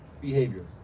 behavior